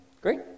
Great